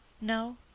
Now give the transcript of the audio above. No